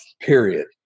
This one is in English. period